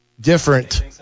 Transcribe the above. different